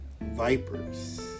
Vipers